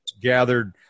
gathered